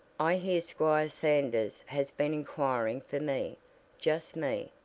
i hear squire sanders has been inquiring for me just me,